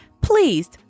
please